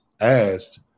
asked